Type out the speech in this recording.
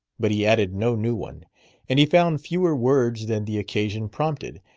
but he added no new one and he found fewer words than the occasion prompted,